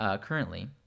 currently